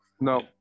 no